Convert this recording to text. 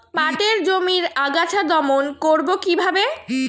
পাটের জমির আগাছা দমন করবো কিভাবে?